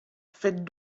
faites